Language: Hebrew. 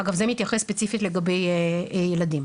אגב, זה מתייחס ספציפית לגבי ילדים.